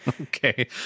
Okay